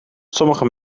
sommige